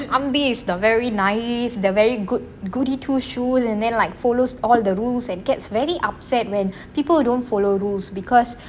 ambi is the very naive the very good goody two shoes and then like follows all the rules and gets very upset when people who don't follow rules because